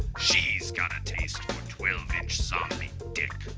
she's got a taste zombie dick!